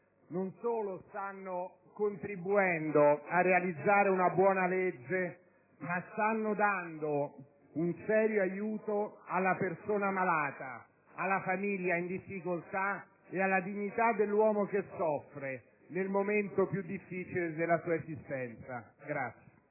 non solo stiano contribuendo a realizzare una buona legge, ma stiano dando un serio aiuto alla persona malata, alla famiglia in difficoltà e alla dignità dell'uomo che soffre, nel momento più difficile della sua esistenza.